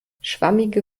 schwammige